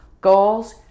goals